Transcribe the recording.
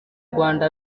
rwanda